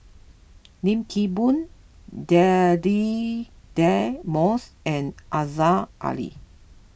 Lim Kim Boon Deirdre Moss and Aziza Ali